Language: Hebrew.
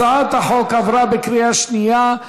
הצעת החוק עברה בקריאה שנייה.